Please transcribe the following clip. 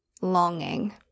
Longing